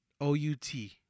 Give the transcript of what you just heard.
O-U-T